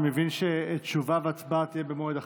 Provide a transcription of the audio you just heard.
אני מבין שתשובה והצבעה יהיו במועד אחר.